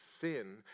sin